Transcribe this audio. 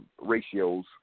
ratios